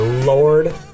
Lord